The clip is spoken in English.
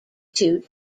two